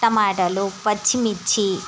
టమాటాలు పచ్చిమిర్చి